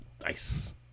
Nice